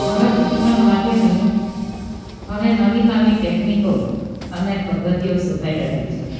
ભરત ગૂંથણ માટેની હવે નવી નવી ટેકનિકો અને પદ્ધતિઓ શોધાઈ રહી છે